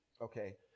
Okay